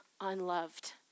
unloved